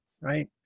right